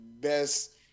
Best